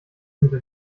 hinter